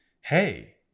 Hey